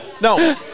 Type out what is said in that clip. No